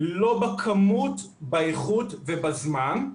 לא בכמות, באיכות ובזמן.